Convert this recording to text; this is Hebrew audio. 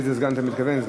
לאיזה סגן אתה מתכוון.